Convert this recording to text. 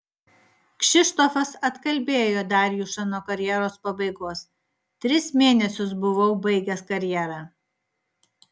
kšištofas atkalbėjo darjušą nuo karjeros pabaigos tris mėnesius buvau baigęs karjerą